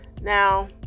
Now